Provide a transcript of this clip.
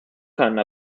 għandna